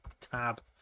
tab